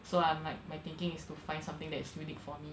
so I'm like my thinking is to find something that is unique for me